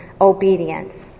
obedience